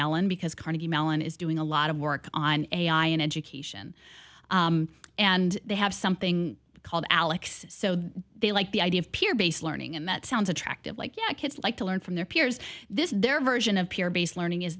mellon because carnegie mellon is doing a lot of work on ai in education and they have something called alex so they like the idea of peer based learning and that sounds attractive like yeah kids like to learn from their peers this is their version of peer based learning is